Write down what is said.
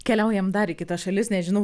keliaujam dar į kitas šalis nežinau